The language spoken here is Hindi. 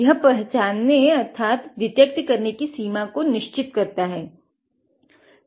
यह पहचानने अर्थात डिटेक्ट करने कि सीमा को निश्चित करता है